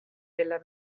della